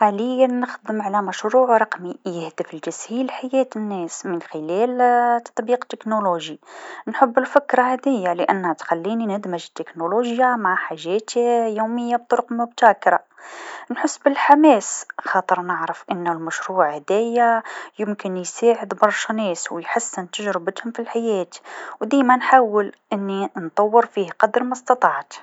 حاليا نخدم على مشروع رقمي يهدف لتسهيل حياة الناس من خلال تطبيق تكنولوجي، نحب الفكرة هاذيا لأنها تخليني ندمج تكنولوجيا مع حاجات يوميه بطرق مبتكره، نحس بالحماس خاطر نعرف المشورع هاذيا يمكن يساعد برشا ناس و يحسن تجربتهم في الحياة و ديما نحاول أني نطور فيه قدر ما إستطعت.